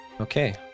okay